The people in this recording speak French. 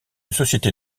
société